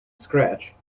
scratch